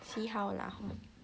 see how lah hor